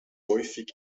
häufig